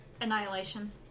Annihilation